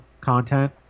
content